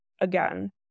again